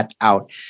Out